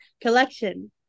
collection